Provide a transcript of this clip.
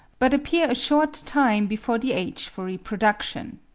but appear a short time before the age for reproduction.